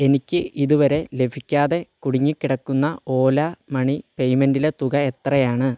എനിക്ക് ഇതുവരെ ലഭിക്കാതെ കുടുങ്ങിക്കിടക്കുന്ന ഓല മണി പേയ്മെന്റിലെ തുക എത്രയാണ്